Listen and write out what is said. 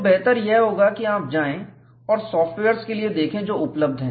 तो बेहतर यह होगा कि आप जाएं और सॉफ्टवेयर्स के लिए देखें जो उपलब्ध है